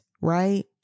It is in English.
right